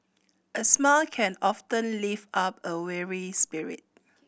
a smile can often lift up a weary spirit